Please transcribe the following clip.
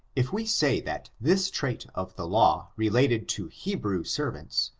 if we say that this trait of the law related to hebrew servants,